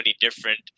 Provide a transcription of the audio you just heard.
different